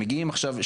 שמגיעים עכשיו,